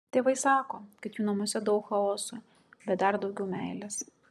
tėvai sako kad jų namuose daug chaoso bet dar daugiau meilės